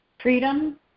freedom